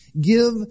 give